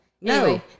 No